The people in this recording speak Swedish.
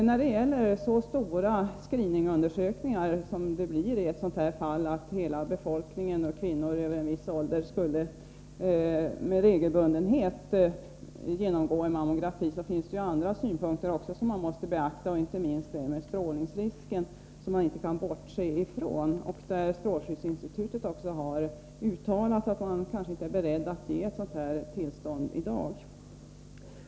När det gäller så stora screening-undersökningar som det blir i ett sådant här fall, dvs. att hela befolkningen — kvinnor över en viss ålder — med regelbundenhet skulle genomgå mammografiundersökning, finns det andra synpunkter som måste beaktas, inte minst detta med strålningsrisken, som man inte kan bortse från. Strålskyddsinstitutet har uttalat att man kanske inte är beredd att ge ett sådant här tillstånd i dag.